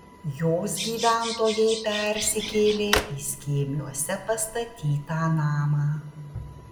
jos gyventojai persikėlė į skėmiuose pastatytą namą